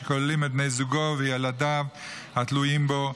שכוללים את בן זוגו וילדיו התלויים בו,